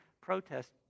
protest